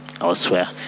elsewhere